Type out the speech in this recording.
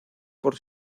por